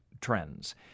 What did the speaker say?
trends